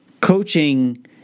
coaching